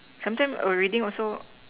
sometimes err reading also